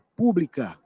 pública